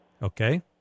Okay